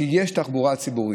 שיש תחבורה ציבורית.